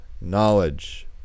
knowledge